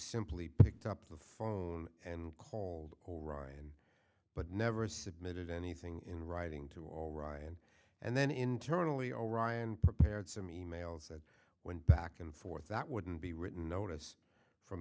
simply picked up the phone and called orion but never submitted anything in writing to all ryan and then internally orion prepared some e mails that went back and forth that wouldn't be written notice from